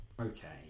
Okay